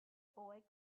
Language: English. boy